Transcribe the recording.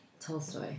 Tolstoy